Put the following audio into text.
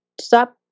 stop